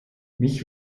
mich